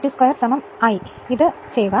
ദയവായി ഇത് ചെയ്യുക